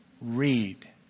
Read